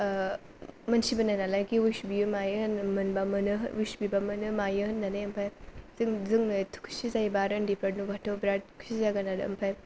मोन्थिबोनाय नालाय खि उइस बियो मायो होनना मोनबा मोनो उइस बिब्ला मोनो मायो होननानै ओमफाय जों जोंनो एथ' खुसि जायोब्ला आरो उन्दैफोर नुबाथ' बिराथ खुसि जागोन आरो ओमफाय